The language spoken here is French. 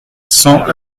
cent